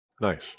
Nice